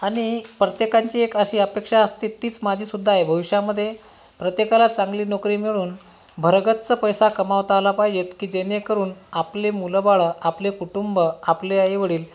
आणि प्रत्येकांची एक अशी अपेक्षा असते तीच माझीसुद्धा आहे भविष्यामध्ये प्रत्येकालाच चांगली नोकरी मिळून भरगच्च पैसा कमावता आला पाहिजेत की जेणेकरून आपले मुलंबाळं आपले कुटुंब आपले आईवडील